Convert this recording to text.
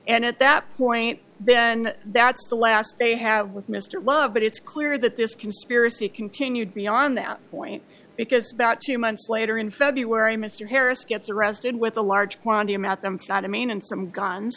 and at that point then that's the last they have with mr love but it's clear that this conspiracy continued beyond that point because about two months later in february mr harris gets arrested with a large quantity amount them shot in maine and some guns